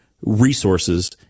resources